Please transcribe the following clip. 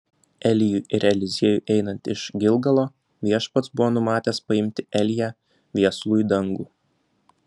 elijui ir eliziejui einant iš gilgalo viešpats buvo numatęs paimti eliją viesulu į dangų